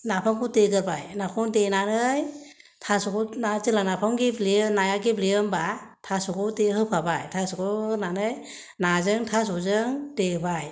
नाफामखौ देग्रोबाय नाफामखौ देनानै थास'खौ जेब्ला नाफामा गेब्ले नाया गेब्लेयो होमब्ला थास'खौ होफाबाय थास'खौ होनानै नाजों थास'जों देबाय